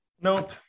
Nope